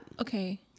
Okay